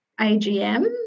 AGM